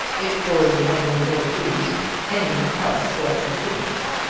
if goarly had been ill-used any help was legitimate,